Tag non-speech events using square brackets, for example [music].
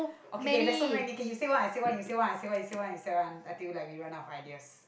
[breath] okay okay there's so many okay you say one I say one you say one I say one you say one I say one until we like we run out of ideas